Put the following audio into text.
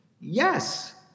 Yes